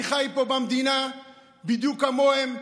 אני חי פה במדינה בדיוק כמוהם,